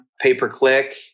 pay-per-click